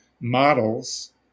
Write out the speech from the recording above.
models